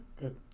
good